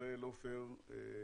ישראל עופר.